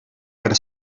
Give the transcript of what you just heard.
per